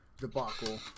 debacle